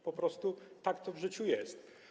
Po prostu tak w życiu jest.